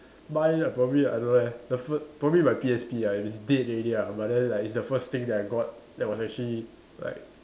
mine ah probably I don't know eh the fir~ probably my P_S_P ah but it's dead already ah but then like it's the first thing that I got that was actually like